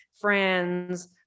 friends